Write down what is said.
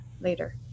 later